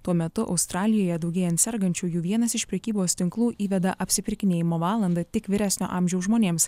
tuo metu australijoje daugėjant sergančiųjų vienas iš prekybos tinklų įveda apsipirkinėjamo valandą tik vyresnio amžiaus žmonėms